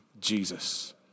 Jesus